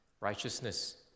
righteousness